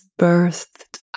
birthed